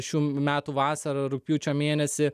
šių metų vasarą rugpjūčio mėnesį